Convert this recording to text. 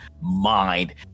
mind